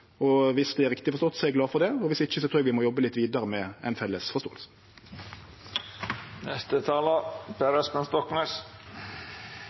Viss det er riktig forstått, er eg glad for det. Viss ikkje trur eg vi må jobbe litt vidare med ei felles